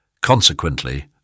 Consequently